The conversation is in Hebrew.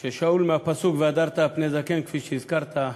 ששמו שאול מהפסוק "והדרת פני זקן", כפי שהזכרת,